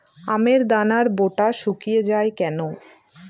আমের দানার বোঁটা শুকিয়ে য়ায় কেন?